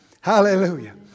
Hallelujah